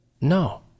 no